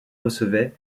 recevait